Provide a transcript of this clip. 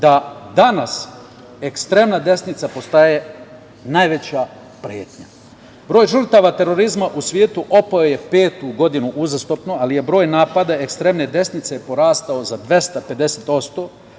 da danas ekstremna desnica postaje najveća pretnja. Broj žrtava terorizma u svetu opao je, petu godinu uzastopno, ali je broj napada ekstremne desnice porastao za 250%,